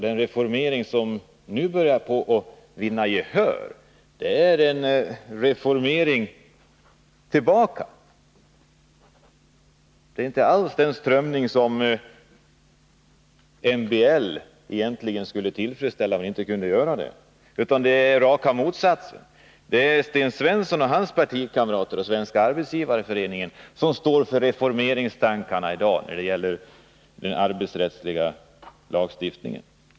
Den reformering som nu börjar vinna gehör är en reformering tillbaka. Det är inte alls den strömning som MBL egentligen skulle medföra — och inte kunde göra det — utan raka motsatsen. Det är Sten Svensson och hans partikamrater i Svenska arbetsgivareföreningen som står för reformeringstankarna i dag när det gäller den arbetsrättsliga lagstiftningen.